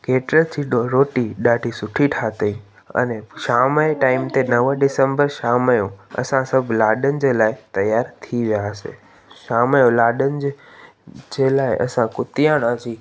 caterers जी रो रोटी ॾाढी सुठी ठाहियईं अने शाम जे टाइम में नव डिसम्बर शाम जो असां सभु लाॾनि जे लाइ तयारु थी वियासीं शाम जो लाॾनि जे जे लाइ असां कुतिया वियासीं